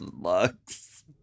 Lux